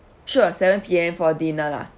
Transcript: sure seven P_M for dinner lah